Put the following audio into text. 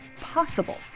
possible